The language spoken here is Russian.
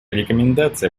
рекомендация